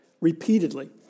repeatedly